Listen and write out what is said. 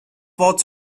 wort